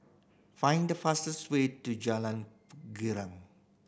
find the fastest way to Jalan Girang